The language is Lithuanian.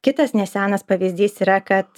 kitas nesenas pavyzdys yra kad